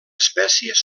espècies